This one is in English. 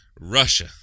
Russia